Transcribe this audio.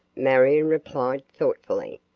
marion replied thoughtfully.